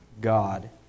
God